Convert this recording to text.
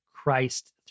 Christ